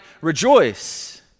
rejoice